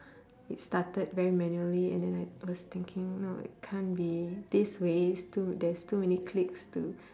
it started very manually and then I was thinking no it can't be this way it's too there's too many clicks to